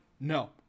No